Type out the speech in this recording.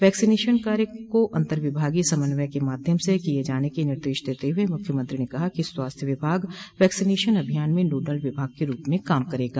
vaccination कार्य को अंतविभागीय समन्वय के माध्यम से किये जाने के निर्देश देते हुए मुख्यमंत्री ने कहा कि स्वास्थ्य विभाग वैक्सीनेशन अभियान में नोडल विभाग के रूप में काम करेगा